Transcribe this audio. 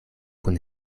kun